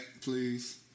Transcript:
Please